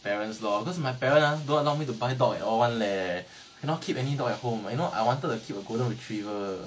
parents lor because my parents ah don't allow me to buy dog at all [one] leh cannot keep any dog at home you know I wanted to keep a golden retriever